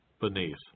Beneath